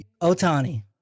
Otani